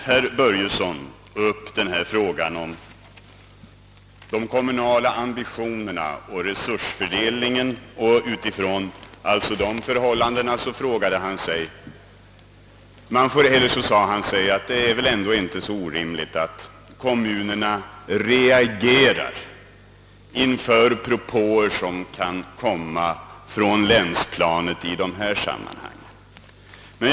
Herr Börjesson i Glömminge tog upp frågan om de kommunala ambitionerna och resursfördelningen och sade, att det inte är så orimligt att kommunerna reagerar inför propåer som kan komma från länsplanet i det här sammanhanget.